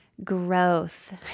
growth